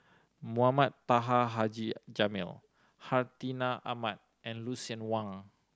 Mohamed Taha Haji Jamil Hartinah Ahmad and Lucien Wang